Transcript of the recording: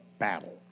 battle